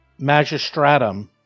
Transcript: Magistratum